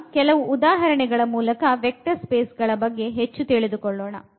ಈಗ ಕೆಲವು ಉದಾಹರಣೆಗಳ ಮೂಲಕ ವೆಕ್ಟರ್ ಸ್ಪೇಸ್ ಗಳ ಬಗ್ಗೆ ಹೆಚ್ಚು ತಿಳಿದುಕೊಳ್ಳೋಣ